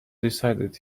decided